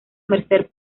mercer